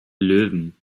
löwen